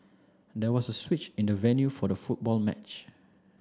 there was a switch in the venue for the football match